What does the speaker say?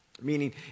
meaning